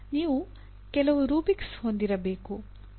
ನೀವು ಕೆಲವು ರೂಬ್ರಿಕ್ಸ್ ಹೊಂದಿರಬೇಕು ಮತ್ತು ಅದಕ್ಕೆ ಅಂಕಗಳನ್ನು ನೀಡಬೇಕು